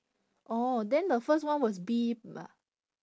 orh then the first one was B m~